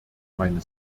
meine